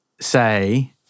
say